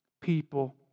people